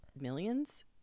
millions